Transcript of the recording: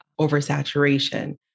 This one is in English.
oversaturation